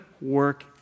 work